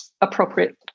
appropriate